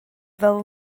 fel